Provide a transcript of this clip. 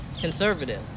conservative